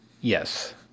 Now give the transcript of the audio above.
Yes